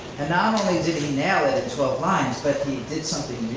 and not only did he nail it in twelve lines, but he did something